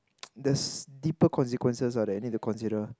there's deeper consequences ah that you need to consider